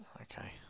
Okay